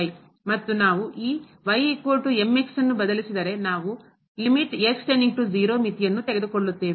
ಮತ್ತು ನಾವು ಈಬದಲಿಸಿದರೆ ನಾವು lim ಮಿತಿಯನ್ನು ತೆಗೆದುಕೊಳ್ಳುತ್ತೇವೆ